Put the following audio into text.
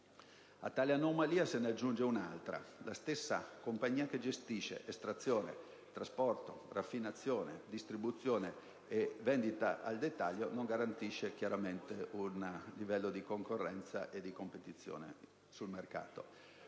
A tale anomalia se ne aggiunge un'altra: la stessa compagnia che gestisce estrazione, trasporto, raffinazione, distribuzione e vendita al dettaglio non garantisce chiaramente un livello di concorrenza e di competizione sul mercato.